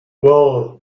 well